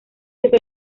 veces